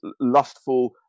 lustful